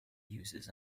uses